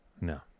No